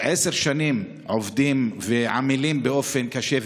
שעשר שנים עובדים ועמלים באופן קשה.